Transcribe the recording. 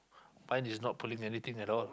mine is not pulling anything at all